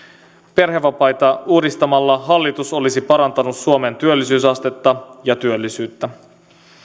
perhevapaita uudistamalla hallitus olisi parantanut suomen työllisyysastetta ja työllisyyttä